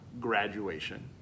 graduation